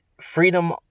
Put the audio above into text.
freedom